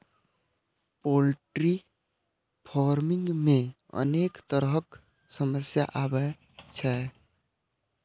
poultry farming मे अनेक तरहक समस्या आबै छै